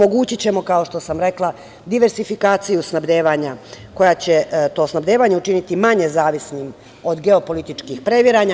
Omogućićemo, kao što sam rekla, diversifikaciju snabdevanja, koja će to snabdevanje učiniti manje zavisnim od geopolitičkih previranja.